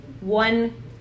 one